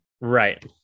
right